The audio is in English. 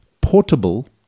portable